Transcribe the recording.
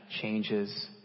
changes